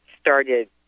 started